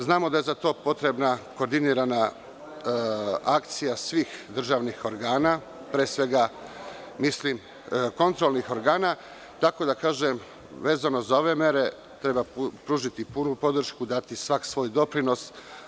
Znamo da je za to potrebna koordinirana akcija svih državnih organa, pre svega kontrolnih organa, tako da, vezano za ove mere, treba pružiti punu podršku i dati svako svoj doprinos.